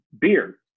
beer